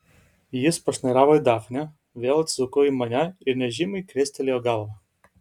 jis pašnairavo į dafnę vėl atsisuko į mane ir nežymiai krestelėjo galva